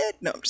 No